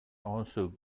also